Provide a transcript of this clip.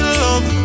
love